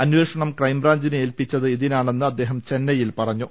അന്വേഷണം ക്രൈംബ്രാഞ്ചിനെ ഏൽപ്പിച്ചത് ഇതി നാണെന്ന് അദ്ദേഹം ചെന്നൈയിൽ പറഞ്ഞു